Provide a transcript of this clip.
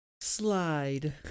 Slide